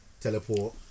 teleport